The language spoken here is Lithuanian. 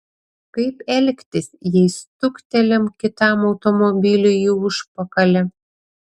kaip elgtis jei stuktelim kitam automobiliui į užpakalį